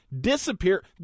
disappear